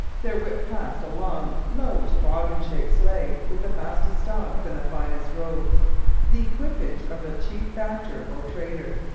there whipped past a long, low, toboggan-shaped sleigh with the fastest dogs and the finest robes the equipage of the chief factor or trader.